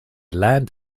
land